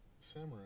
Samurai